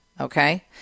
okay